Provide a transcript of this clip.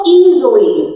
easily